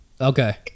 Okay